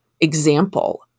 example